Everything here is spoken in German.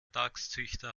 dachszüchter